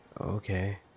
Okay